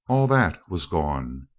all that was gone.